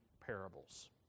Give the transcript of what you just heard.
parables